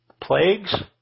Plagues